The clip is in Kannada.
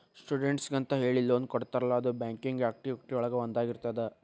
ಸ್ಟೂಡೆಂಟ್ಸಿಗೆಂತ ಹೇಳಿ ಲೋನ್ ಕೊಡ್ತಾರಲ್ಲ ಅದು ಬ್ಯಾಂಕಿಂಗ್ ಆಕ್ಟಿವಿಟಿ ಒಳಗ ಒಂದಾಗಿರ್ತದ